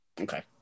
Okay